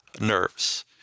nerves